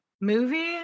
movie